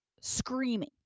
screaming